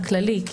הכללי.